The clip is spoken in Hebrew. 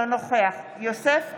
אינו נוכח יוסף טייב,